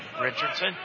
Richardson